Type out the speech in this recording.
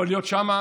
יכול להיות שם.